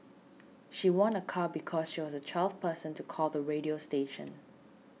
she won a car because she was the twelfth person to call the radio station